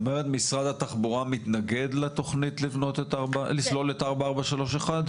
זאת אומרת משרד התחבורה מתנגד לתכנית לסלול את 4431?